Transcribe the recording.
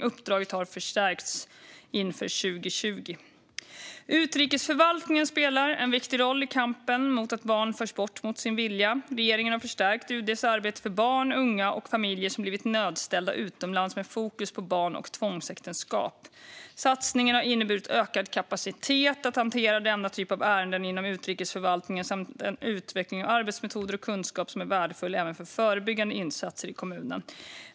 Uppdraget har förstärkts inför 2020. Utrikesförvaltningen spelar en viktig roll i kampen mot att barn förs bort mot sin vilja. Regeringen har förstärkt UD:s arbete för barn, unga och familjer som blivit nödställda utomlands med fokus på barn och tvångsäktenskap. Satsningen har inneburit ökad kapacitet att hantera denna typ av ärenden inom utrikesförvaltningen samt en utveckling av arbetsmetoder och kunskap som är värdefull även för förebyggande insatser i kommunerna.